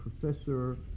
Professor